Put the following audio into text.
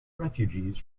refugees